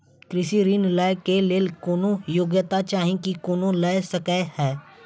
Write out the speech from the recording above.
कृषि ऋण लय केँ लेल कोनों योग्यता चाहि की कोनो लय सकै है?